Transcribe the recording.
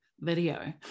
video